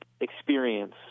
experience